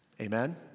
Amen